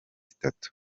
itatu